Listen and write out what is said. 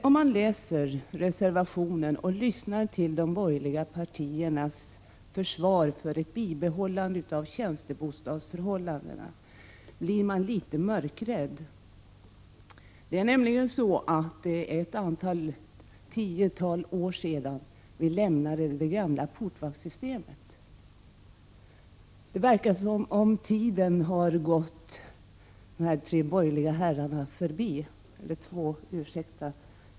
Om man läser reservation 1 och lyssnar till de borgerliga partiernas försvar för ett bibehållande av tjänstebostadsförhållandena blir man litet mörkrädd. Det är nämligen flera tiotal år sedan det gamla portvaktssystemet avskaffades, och det verkar som om tiden har gått de tre borgerliga talarna förbi.